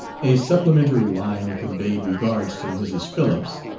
a supplementary line conveyed regards to mrs. phillips.